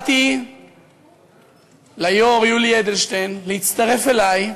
קראתי ליושב-ראש יולי אדלשטיין להצטרף אלי,